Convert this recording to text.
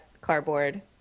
cardboard